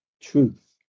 truth